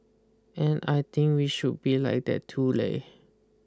and I think we should be like that too late